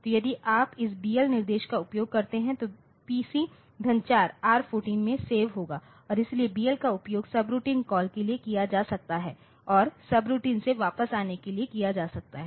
तो यदि आप इस BL निर्देश का उपयोग करते हैं तो PC 4 R 14 में सेव होगा और इसलिए BL का उपयोग सबरूटीन कॉल के लिए किया जा सकता है और सबरूटीन से वापस आने के लिए किया जा सकता है